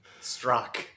struck